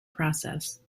process